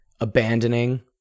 abandoning